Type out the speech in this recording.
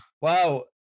Wow